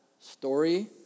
Story